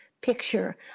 picture